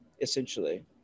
essentially